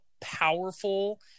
powerful